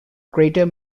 greater